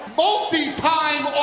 multi-time